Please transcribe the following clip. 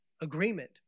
agreement